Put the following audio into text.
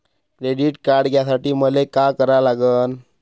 Credit card घ्यासाठी मले का करा लागन?